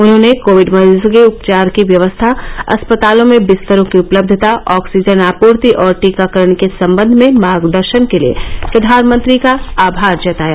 उन्हॉने कोविड मरीजों के उपचार की व्यवस्था अस्पतालों में बिस्तरों की उपलब्यता ऑक्सीजन आपूर्ति और टीकाकरण के संबंध में मार्गदर्शन के लिए प्रधानमंत्री का आभार जताया